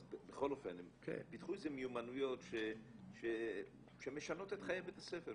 אז בכל אופן הם פיתחו איזה מיומנויות שמשנות את חיי בית הספר.